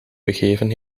begeven